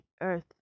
earth